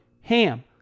HAM